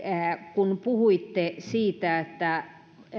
kun puhuitte siitä että